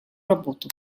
работу